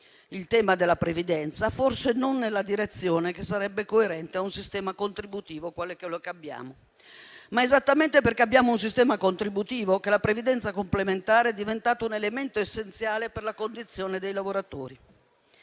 il tema della previdenza, forse non nella direzione che sarebbe coerente a un sistema contributivo quale quello che abbiamo. Ma è esattamente perché abbiamo un sistema contributivo che la previdenza complementare è diventato un elemento essenziale per la condizione dei lavoratori.